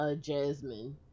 Jasmine